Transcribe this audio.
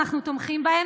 ואנחנו תומכים בהם.